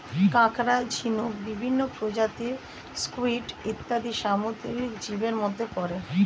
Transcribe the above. কাঁকড়া, ঝিনুক, বিভিন্ন প্রজাতির স্কুইড ইত্যাদি সামুদ্রিক জীবের মধ্যে পড়ে